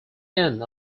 end